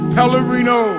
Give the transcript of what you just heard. Pellerino